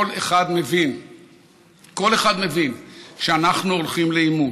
כל אחד מבין שאנחנו הולכים לעימות,